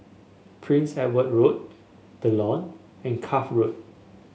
Prince Edward Road The Lawn and Cuff Road